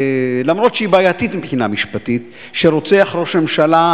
אף-על-פי שהיא בעייתית מבחינה משפטית שרוצח ראש ממשלה,